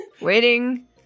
waiting